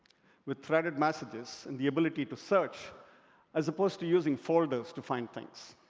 with threaded messages and the ability to search as opposed to using folders to find things.